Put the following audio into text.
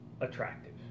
attractive